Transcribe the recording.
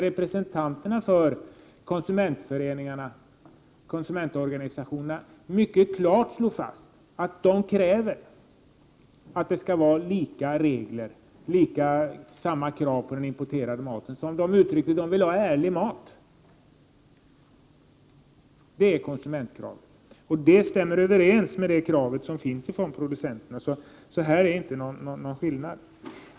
Representanter för konsumentorganisationerna slog där mycket klart fast att de kräver att det skall vara lika regler och samma krav på den importerade maten. Som de uttryckte det: De vill ha ärlig mat. Det är konsumentkravet, och det stämmer överens med kraven från producenterna. Där är det inte någon skillnad.